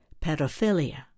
pedophilia